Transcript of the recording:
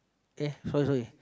eh sorry sorry